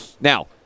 Now